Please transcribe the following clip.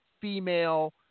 female